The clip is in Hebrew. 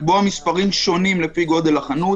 לקבוע מספרים שונים לפי גודל החנות.